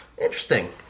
interesting